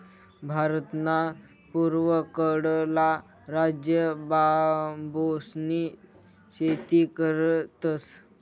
भारतना पूर्वकडला राज्य बांबूसनी शेती करतस